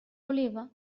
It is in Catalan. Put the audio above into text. oliva